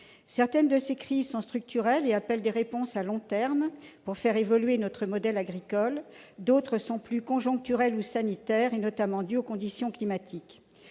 Certaines de ces crises sont structurelles et appellent des réponses à long terme, pour faire évoluer notre modèle agricole. D'autres sont plus conjoncturelles ou sanitaires, notamment dues aux conditions climatiques.